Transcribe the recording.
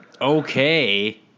Okay